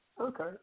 Okay